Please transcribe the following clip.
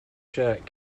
shirt